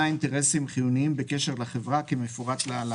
אינטרסים חיוניים בקשר לחברה כמפורט להלן: